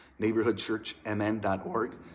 neighborhoodchurchmn.org